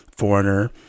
foreigner